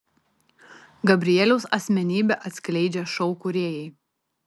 gabrieliaus asmenybę atskleidžia šou kūrėjai